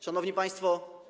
Szanowni Państwo!